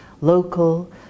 local